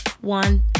one